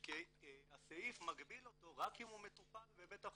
הקשים לפחות, יותר לא נשתוק.